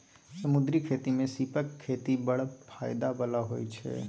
समुद्री खेती मे सीपक खेती बड़ फाएदा बला होइ छै